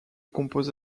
compose